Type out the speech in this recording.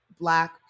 Black